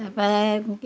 তা পাই